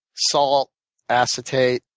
salt acetate,